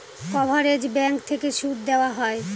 coverage bank থেকে সুদ দেওয়া হয়